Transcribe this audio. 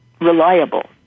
reliable